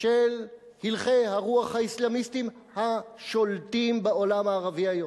של הלכי הרוח האסלאמיסטיים השולטים בעולם הערבי היום,